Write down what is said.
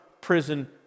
prison